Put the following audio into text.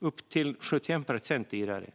upp till 71 procent dyrare.